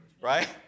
right